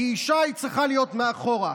כי אישה צריכה להיות מאחור.